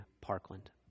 Parkland